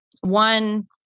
one